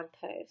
post